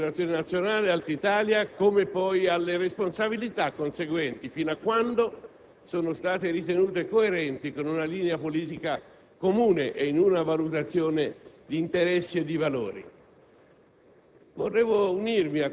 tanto al Comitato di liberazione nazionale per l'Alta Italia quanto alle responsabilità conseguenti, fino a quando sono state ritenute coerenti con una linea politica comune, in una valutazione di interessi e di valori.